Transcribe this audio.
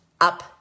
up